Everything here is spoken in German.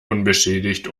unbeschädigt